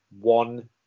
one